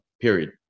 period